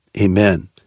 Amen